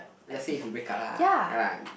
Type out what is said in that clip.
let's say if you break up lah ya lah